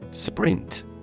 Sprint